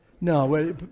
No